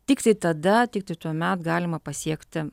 tiktai tada tiktai tuomet galima pasiekti